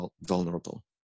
vulnerable